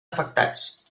afectats